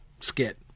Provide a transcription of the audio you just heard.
skit